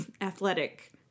athletic